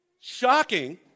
shocking